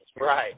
Right